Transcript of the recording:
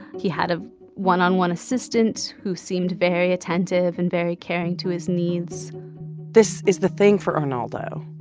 he had a one-on-one assistant who seemed very attentive and very caring to his needs this is the thing for arnaldo.